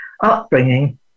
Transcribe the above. upbringing